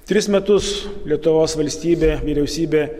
tris metus lietuvos valstybė vyriausybė